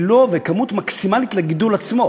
וכמות מקסימלית לגידול עצמו,